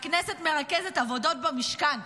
הכנסת מרכזת עבודות במשכן,